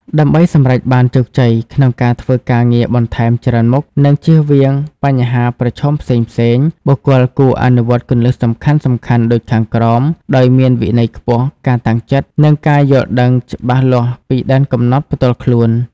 ដើម្បីសម្រេចបានជោគជ័យក្នុងការធ្វើការងារបន្ថែមច្រើនមុខ និងជៀសវាងបញ្ហាប្រឈមផ្សេងៗ បុគ្គលគួរអនុវត្តគន្លឹះសំខាន់ៗដូចខាងក្រោមដោយមានវិន័យខ្ពស់ ការតាំងចិត្ត និងការយល់ដឹងច្បាស់លាស់ពីដែនកំណត់ផ្ទាល់ខ្លួន។